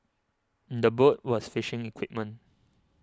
in the boat was fishing equipment